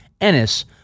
Ennis